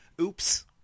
Oops